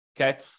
okay